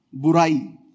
Burai